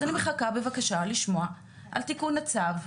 אז אני מחכה בבקשה לשמוע על תיקון הצו.